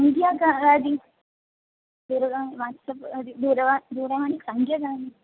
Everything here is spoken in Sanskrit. सङ्ख्या कति दूरवाणी वाट्सप्दि दूरवाणी दूरवाणी सङ्ख्या का